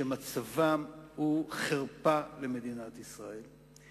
שמצבם הוא חרפה למדינת ישראל.